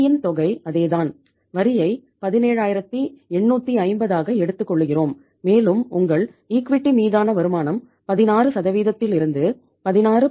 வரியின் தொகை அதேதான் வரியை 17850 ஆக எடுத்துக்கொள்ளுகிறோம் மேலும் உங்கள் ஈக்விட்டி மீதான வருமானம் 16 த்திலிருந்து 16